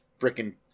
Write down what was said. freaking